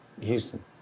Houston